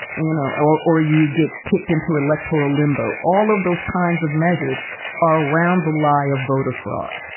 you know, or or you get kicked into electoral limbo. all of those kinds of measures are around the lie of voter fraud,